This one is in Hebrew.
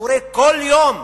שקורה כל יום.